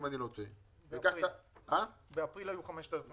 אם אני לא טועה --- באפריל היו 5,000 דירות.